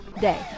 day